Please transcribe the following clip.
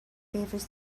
favours